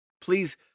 Please